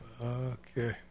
Okay